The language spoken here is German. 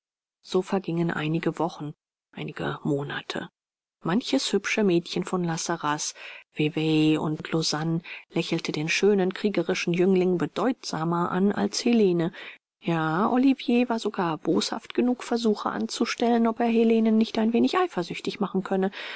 so vergangen einige wochen einige monate manches hübsche mädchen von la sarraz vevay und lausanne lächelte den schönen kriegerischen jüngling bedeutsamer an als helene ja olivier war sogar boshaft genug versuche anzustellen ob er helenen nicht ein wenig eifersüchtig machen könne